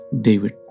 David